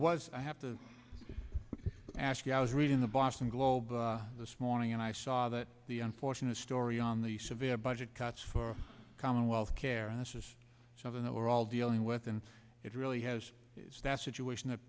was i have to ask you i was reading the boston globe this morning and i saw that the unfortunate story on the severe budget cuts for commonwealth care this is something that we're all dealing with and it really has a situation that